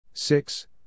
Six